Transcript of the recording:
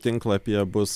tinklapyje bus